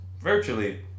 virtually